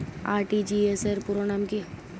RTGS র পুরো নাম কি?